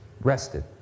rested